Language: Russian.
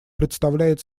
представляет